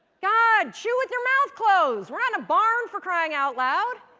god, chew with your mouth closed! we're not a barn, for crying out loud!